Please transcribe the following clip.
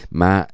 ma